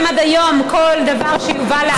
אם עד היום כל דבר שיובא לארץ,